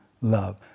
love